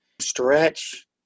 stretch